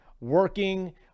working